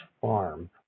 farm